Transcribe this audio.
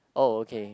oh okay